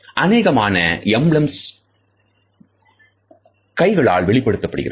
அனேகமான emblems கைகளால் வெளிப்படுத்தப்படுகிறது